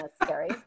necessary